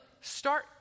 start